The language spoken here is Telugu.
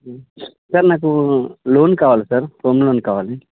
సార్ నాకు లోన్ కావాలి సార్ హోమ్ లోన్ కావాలి